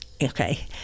Okay